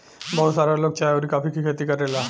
बहुत सारा लोग चाय अउरी कॉफ़ी के खेती करेला